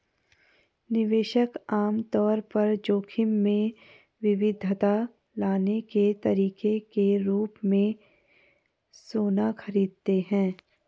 निवेशक आम तौर पर जोखिम में विविधता लाने के तरीके के रूप में सोना खरीदते हैं